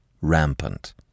rampant